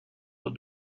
dans